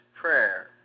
prayer